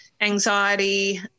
anxiety